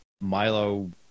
Milo